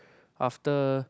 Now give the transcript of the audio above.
after